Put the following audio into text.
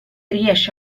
riesce